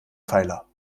pfeiler